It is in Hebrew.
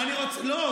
לא,